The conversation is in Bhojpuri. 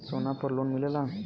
सोना पर लोन मिलेला?